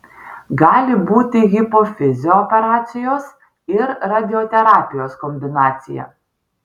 gali būti hipofizio operacijos ir radioterapijos kombinacija